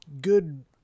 good